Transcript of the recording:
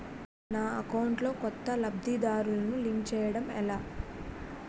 నా అకౌంట్ లో కొత్త లబ్ధిదారులను లింక్ చేయటం ఎలా?